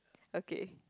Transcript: okay